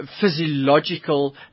physiological